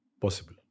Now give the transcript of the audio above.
possible